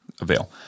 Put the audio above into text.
avail